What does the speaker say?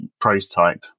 prototype